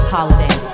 Holiday